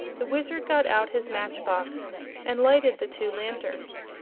the wizard got out his match-box and lighted the two lanterns.